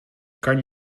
kan